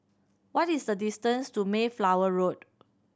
what is the distance to Mayflower Road